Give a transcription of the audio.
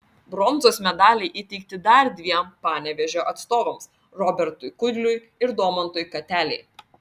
bronzos medaliai įteikti dar dviem panevėžio atstovams robertui kudliui ir domantui katelei